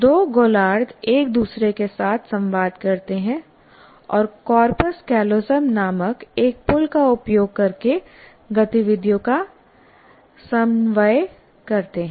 दो गोलार्ध एक दूसरे के साथ संवाद करते हैं और कॉर्पस कॉलोसम नामक एक पुल का उपयोग करके गतिविधियों का समन्वय करते हैं